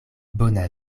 bona